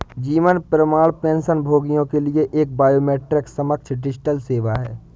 जीवन प्रमाण पेंशनभोगियों के लिए एक बायोमेट्रिक सक्षम डिजिटल सेवा है